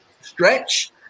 stretch